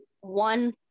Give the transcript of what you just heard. one